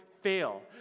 fail